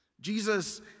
Jesus